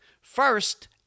First